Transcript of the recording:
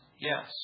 yes